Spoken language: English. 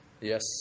Yes